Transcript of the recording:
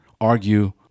argue